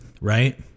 right